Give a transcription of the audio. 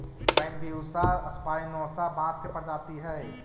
Bambusa spinosa बाँस के प्रजाति हइ